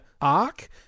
arc